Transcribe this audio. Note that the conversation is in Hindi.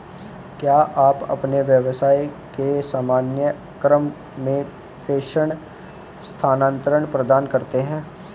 क्या आप अपने व्यवसाय के सामान्य क्रम में प्रेषण स्थानान्तरण प्रदान करते हैं?